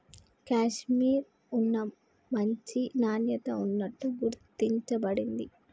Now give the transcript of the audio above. కాషిమిర్ ఉన్ని మంచి నాణ్యత ఉన్నట్టు గుర్తించ బడింది